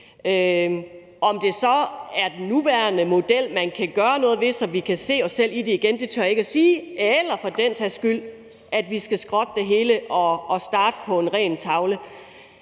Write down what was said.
Om det så er den nuværende model, man kan gøre noget ved, så vi kan se os selv i det igen, tør jeg ikke sige, eller om vi for den sags skyld skal skrotte det hele og starte med en ren tavle.